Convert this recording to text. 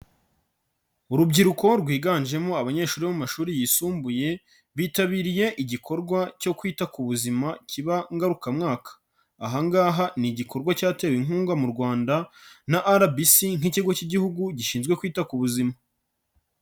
Urubyiruko rwiganjemo abanyeshuri bo mu mashuri yisumbuye, bitabiriye igikorwa cyo kwita ku buzima kiba ngarukamwaka. Aha ngaha ni igikorwa cyatewe inkunga mu Rwanda na RBC nk'ikigo K'igihugu gishinzwe kwita ku buzima.